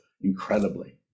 incredibly